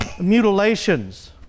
mutilations